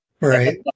Right